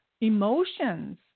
emotions